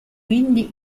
quindi